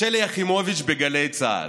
לשלי יחימוביץ' בגלי צה"ל.